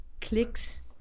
clicks